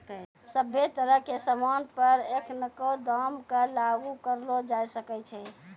सभ्भे तरह के सामान पर एखनको दाम क लागू करलो जाय सकै छै